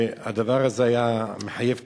שהדבר הזה היה מחייב תיקון.